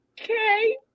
okay